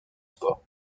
sports